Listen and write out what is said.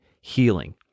healing